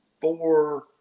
four